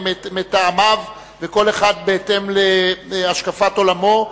מהם מטעמיו וכל אחד בהתאם להשקפת עולמו,